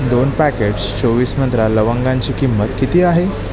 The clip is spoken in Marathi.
दोन पॅकेट्स चोवीस मंत्रा लवंगांची किंमत किती आहे